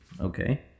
Okay